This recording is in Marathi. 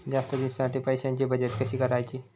जास्त दिवसांसाठी पैशांची बचत कशी करायची?